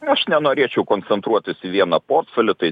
aš nenorėčiau koncentruotis į vieną portfelį tai